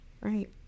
Right